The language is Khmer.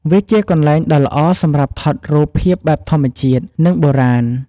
វាជាកន្លែងដ៏ល្អសម្រាប់ថតរូបភាពបែបធម្មជាតិ និងបុរាណ។